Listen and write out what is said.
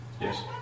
Yes